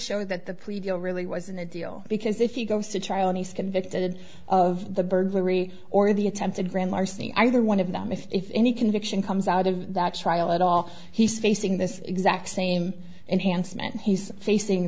show that the prevail really wasn't ideal because if he goes to trial and he's convicted of the burglary or the attempted grand larceny either one of them if any conviction comes out of that trial at all he's facing this exact same enhancement he's facing